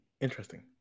interesting